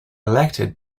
elected